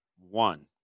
one